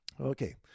Okay